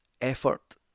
effort